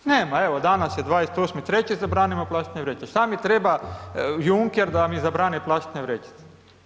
Nema, evo, danas je 28.3. zabranimo plastične vrećice, šta mi treba Junker da mi zabrani plastične vrećice?